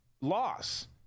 loss